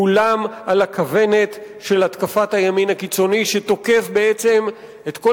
כולם על הכוונת של התקפת הימין הקיצוני שתוקף בעצם את כל